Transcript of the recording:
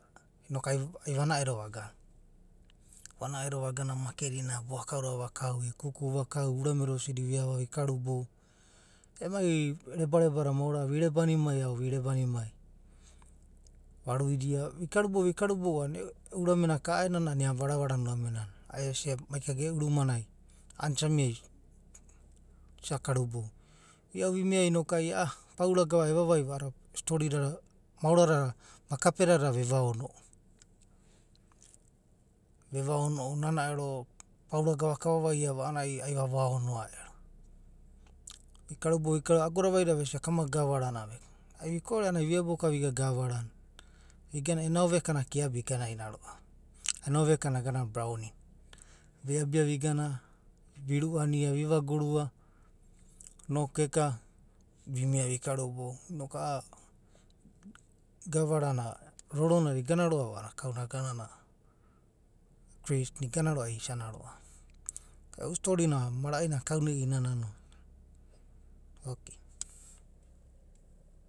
Inokai ai vana'edo, vagana, vana'edo vagana makedinai boakauda vakau o kuku vakau, urame da osidi viava vikarubou. Emai rebareba da maora virebanimai ao veribanimai. Varuidia, vikarubou a'ana e'u uramena ka a'aenanai a'ana iana Varvara na urame nana ai esia mai kaga e'u rumanai a'aenanai isa mia isa karubou. Vi'ao vimia inokai a'a paura gava evavaiva a'ada storidada, maora dada, makapedada vevaono'u. Vevaono'u nana ero paura gavaka avavaia va a'anai ai vavaonoa ero. Vikarubou, vikarubou agoda vaida a'ana vesia kamaga gavarana veka, ai viko'ore a'anai vi ebokao viga gavaranai. Igana a'anai ena ovekana ka ero eganaina ro'ava. Ena ovekana aganana braoni na. Viabia vigana, viru'ania, viva gurua, nokueka vimia vikarubou inoku a'a gavarana roronada igana ro'ava a'ana kauna aganana kris na, igana ro'a isana ro'ava. E'u storina marai nana kaunana i'inanano okei.